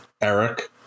Eric